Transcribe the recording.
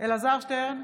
אלעזר שטרן,